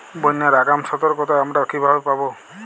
বন্যার আগাম সতর্কতা আমরা কিভাবে পাবো?